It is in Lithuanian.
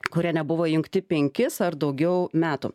kurie nebuvo įjungti penkis ar daugiau metų